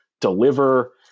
deliver